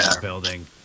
building